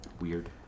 Weird